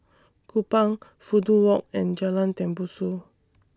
Kupang Fudu Walk and Jalan Tembusu